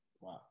wow